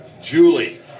Julie